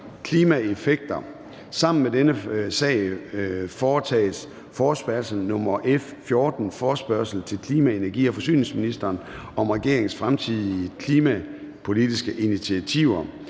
07.12.2023). 33) Forespørgsel nr. F 14: Forespørgsel til klima-, energi- og forsyningsministeren om regeringens fremtidige klimapolitiske initiativer.